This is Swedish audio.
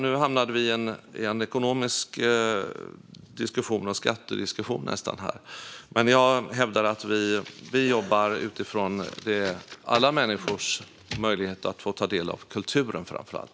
Nu hamnade vi i en ekonomisk diskussion - nästan en skattediskussion - men jag hävdar att vi jobbar utifrån alla människors möjlighet att ta del av kulturen, framför allt.